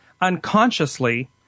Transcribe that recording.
unconsciously